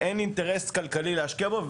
אין אינטרס כלכלי להשקיע בו,